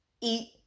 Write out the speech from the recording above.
eat